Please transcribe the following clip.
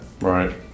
Right